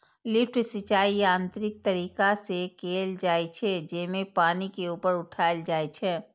lift सिंचाइ यांत्रिक तरीका से कैल जाइ छै, जेमे पानि के ऊपर उठाएल जाइ छै